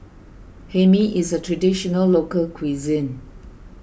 Hae Mee is a Traditional Local Cuisine